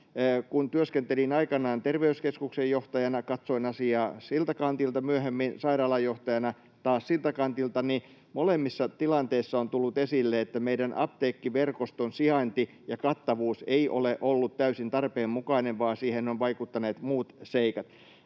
Kun työskentelin aikanaan terveyskeskuksen johtajana ja katsoin asiaa siltä kantilta, myöhemmin sairaalan johtajana taas siltä kantilta, niin molemmissa tilanteissa on tullut esille, että meidän apteekkiverkoston sijainti ja kattavuus ei ole ollut täysin tarpeen mukainen vaan siihen ovat vaikuttaneet muut seikat.